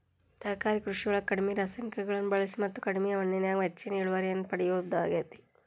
ತರಕಾರಿ ಕೃಷಿಯೊಳಗ ಕಡಿಮಿ ರಾಸಾಯನಿಕಗಳನ್ನ ಬಳಿಸಿ ಮತ್ತ ಕಡಿಮಿ ಮಣ್ಣಿನ್ಯಾಗ ಹೆಚ್ಚಿನ ಇಳುವರಿಯನ್ನ ಪಡಿಬೋದಾಗೇತಿ